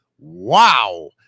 Wow